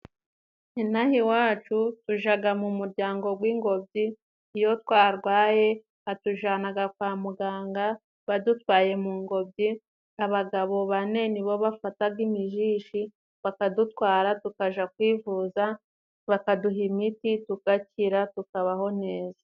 Ino aha iwacu, tujaga mu muryango gw'ingobyi, iyo twarwaye atujanaga kwa muganga badutwaye mu ngobyi, abagabo bane nibo bafataga imijishi, bakadutwara tukaja kwivuza, bakaduha imiti tugakira tukabaho neza.